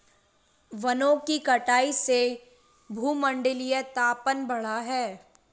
वनों की कटाई से भूमंडलीय तापन बढ़ा है